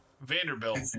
Vanderbilt